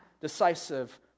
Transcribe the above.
decisive